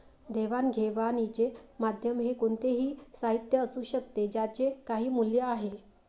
देवाणघेवाणीचे माध्यम हे कोणतेही साहित्य असू शकते ज्याचे काही मूल्य आहे